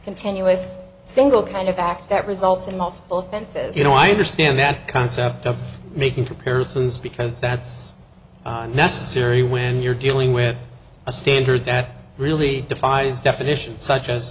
continuous single kind of act that results in multiple offenses you know i understand the concept of making comparisons because that's necessary when you're dealing with a standard that really defines definitions such as